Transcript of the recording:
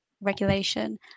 regulation